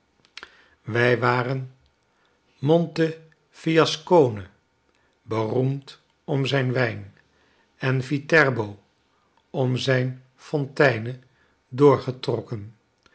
wij waren mo ntefiascone beroemd om zijn wijn enviterbo om zijne fonteinen doorgetrokken